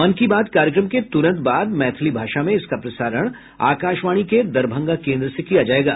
मन की बात कार्यक्रम के तुरंत बाद मैथिली भाषा में इसका प्रसारण आकाशवाणी के दरभंगा केन्द्र से किया जायेगा